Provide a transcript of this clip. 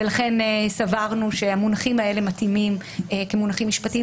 לכן סברנו שהמונחים האלה מתאימים כמונחים משפטיים